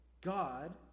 God